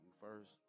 First